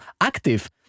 active